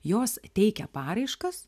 jos teikia paraiškas